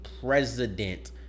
president